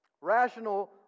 Rational